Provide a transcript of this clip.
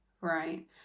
right